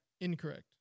Incorrect